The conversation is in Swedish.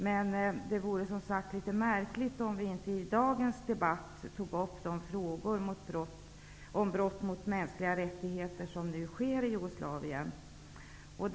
Men det vore litet märkligt om vi inte i dagens debatt tog upp de brott mot mänskliga rättigheter som nu sker i f.d.